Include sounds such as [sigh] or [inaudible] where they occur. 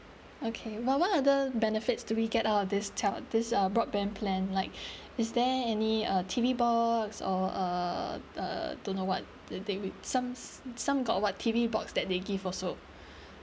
okay while what other benefits do we get out of this tel~ this uh broadband plan like [breath] is there any a T_V box or a uh don't know the things with some some got what T_V box that they give also [breath]